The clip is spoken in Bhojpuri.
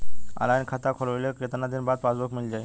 ऑनलाइन खाता खोलवईले के कितना दिन बाद पासबुक मील जाई?